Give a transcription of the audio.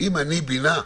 שאם "אני בינה",